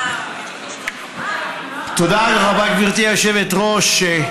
תודה רבה, גברתי היושבת-ראש.